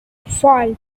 five